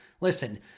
Listen